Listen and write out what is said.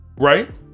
right